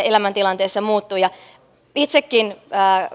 elämäntilanteensa muuttuu itsekin